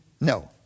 No